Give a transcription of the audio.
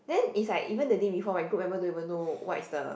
then it's like even the day before my group member don't even know what's the